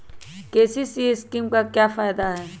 KCC scheme का फायदा क्या है?